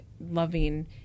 loving